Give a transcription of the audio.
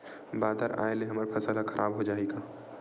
बादर आय ले हमर फसल ह खराब हो जाहि का?